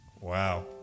Wow